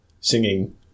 singing